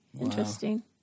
Interesting